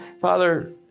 Father